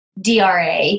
DRA